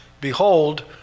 behold